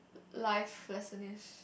life lesson ish